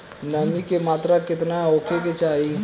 नमी के मात्रा केतना होखे के चाही?